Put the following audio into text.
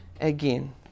again